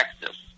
Texas